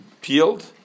peeled